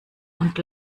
und